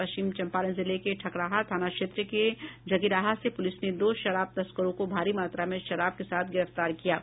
पश्चिमी चंपारण जिले के ठकराहा थाना क्षेत्र के जगीरहा से पुलिस ने दो शराब तस्करों को भारी मात्रा में शराब के साथ गिरफ्तार किया है